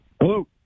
Hello